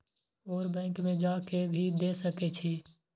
और बैंक में जा के भी दे सके छी?